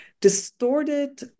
distorted